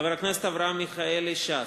חבר הכנסת אברהם מיכאלי, ש"ס,